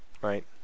Right